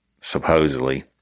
supposedly